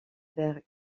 vers